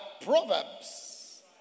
proverbs